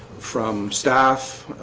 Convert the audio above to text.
from staff